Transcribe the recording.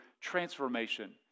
transformation